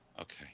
Okay